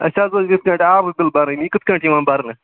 اَسہِ حظ ٲسۍ ییٚتہِ پٮ۪ٹھ آبہٕ بِل بَرٕنۍ یہِ کِتھٕ پٲٹھۍ چھِ یِوان برنہٕ